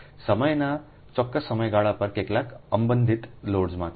સમયના ચોક્કસ સમયગાળા પર કેટલાક અંબંધિત લોડ્સમાંથી